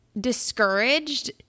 discouraged